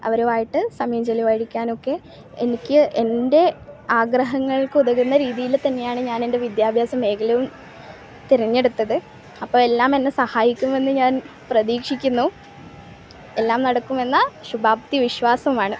അവരുമായിട്ട് സമയം ചിലവഴിക്കാനൊക്കെ എനിക്ക് എൻ്റെ ആഗ്രഹങ്ങൾക്കുതകുന്ന രീതിയിൽ തന്നെയാണ് ഞാൻ എൻ്റെ വിദ്യാഭ്യാസമേഖലയും തിരഞ്ഞെടുത്തത് അപ്പം എല്ലാം എന്നെ സഹായിക്കുമെന്ന് ഞാൻ പ്രതീക്ഷിക്കുന്നു എല്ലാം നടക്കുമെന്ന ശുഭാപ്തി വിശ്വാസമാണ്